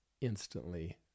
instantly